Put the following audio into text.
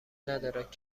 ندارد